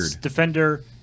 defender